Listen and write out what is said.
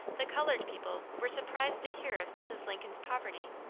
the colored people were surprised to hear of mrs. lincoln's poverty,